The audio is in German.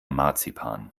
marzipan